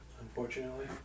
Unfortunately